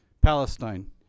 Palestine